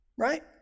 right